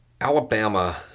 Alabama